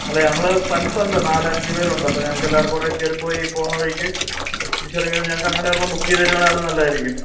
അല്ല ഞങ്ങൾ ഫ്രണ്ട്സ് ഉണ്ട് നാല് അഞ്ചു പേരുണ്ട് അപ്പം ഞങ്ങൾക്ക് എല്ലാവർക്കും കൂടെ കയറിപ്പോയി പോകുന്ന വഴിക്ക് തിരിച്ച് ഇറങ്ങി ഞങ്ങൾക്ക് അങ്ങനെ ഒരെണ്ണം ബുക്ക് ചെയ്തു തരുവാണെ അത് നല്ലതായിരിക്കും